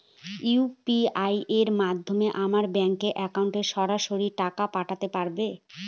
UPI এর মাধ্যমে আমরা ব্যাঙ্ক একাউন্টে সরাসরি টাকা পাঠাতে পারবো?